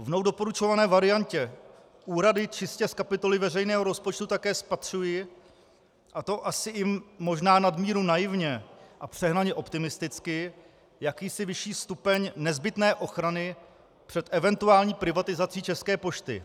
V mnou doporučované variantě úhrady čistě z kapitoly veřejného rozpočtu také spatřuji, a to asi možná nadmíru naivně a přehnaně optimisticky, jakýsi vyšší stupeň nezbytné ochrany před eventuální privatizací České pošty.